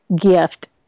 gift